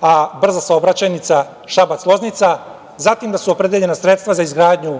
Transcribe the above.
a brza saobraćajnica Šabac-Loznica, zatim da su opredeljena sredstva za izgradnju